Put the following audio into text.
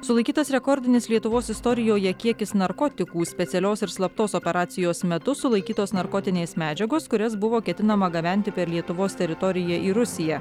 sulaikytas rekordinis lietuvos istorijoje kiekis narkotikų specialios ir slaptos operacijos metu sulaikytos narkotinės medžiagos kurias buvo ketinama gabenti per lietuvos teritoriją į rusiją